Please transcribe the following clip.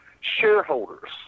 shareholders